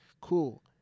Cool